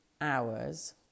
hours